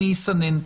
אני אסנן.